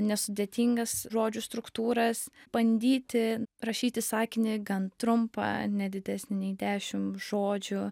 nesudėtingas žodžių struktūras bandyti rašyti sakinį gan trumpą nedidesnį nei dešim žodžių